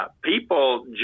people